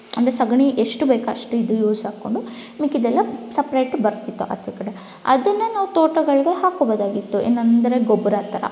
ಅಂದರೆ ಸೆಗಣಿ ಎಷ್ಟು ಬೇಕು ಅಷ್ಟು ಇದು ಯೂಸಾಕೊಂಡು ಮಿಕ್ಕಿದೆಲ್ಲ ಸಪ್ರೇಟು ಬರ್ತಿತ್ತು ಆಚೆ ಕಡೆ ಅದನ್ನು ನಾವು ತೋಟಗಳಿಗೆ ಹಾಕಬೋದಾಗಿತ್ತು ಏನೆಂದ್ರೆ ಗೊಬ್ರ ಥರ